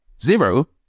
zero